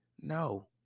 No